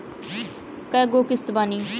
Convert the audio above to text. कय गो किस्त बानी?